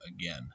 again